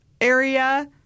area